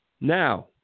Now